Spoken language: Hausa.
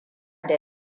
da